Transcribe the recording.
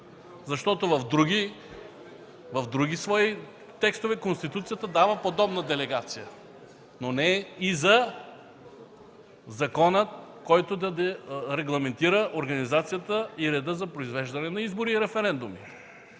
В други свои текстове Конституцията дава подобна делегация, но не и за закона, който да регламентира организацията и реда за произвеждане на избори и референдуми.